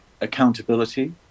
accountability